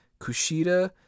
Kushida